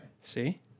See